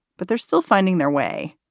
but they're still finding their way.